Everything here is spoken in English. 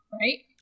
right